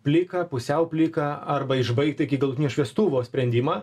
pliką pusiau pliką arba išbaigtą iki galutinio šviestuvo sprendimą